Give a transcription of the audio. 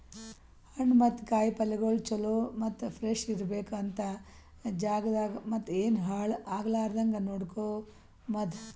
ಹಣ್ಣು ಮತ್ತ ಕಾಯಿ ಪಲ್ಯಗೊಳ್ ಚಲೋ ಮತ್ತ ಫ್ರೆಶ್ ಇರ್ಬೇಕು ಅಂತ್ ಜಾಗದಾಗ್ ಮತ್ತ ಏನು ಹಾಳ್ ಆಗಲಾರದಂಗ ನೋಡ್ಕೋಮದ್